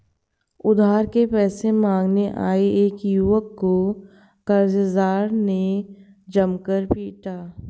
उधार के पैसे मांगने आये एक युवक को कर्जदार ने जमकर पीटा